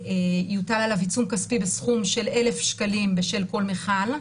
יוטל עליו עיצום כספי בסכום של 1,000 שקלים בשל כל מכל,